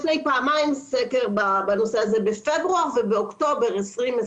יש פעמיים סקר בנושא הזה, בפברואר ובאוקטובר 2020,